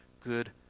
good